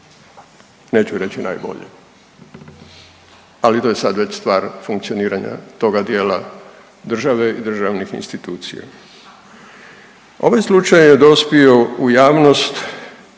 neću reći najbolje, ali to je sad već stvar funkcioniranja toga dijela države i državnih institucija. Ovaj slučaj je dospio u javnost